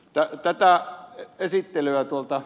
tätä esittelyä ed